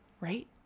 right